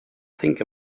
think